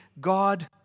God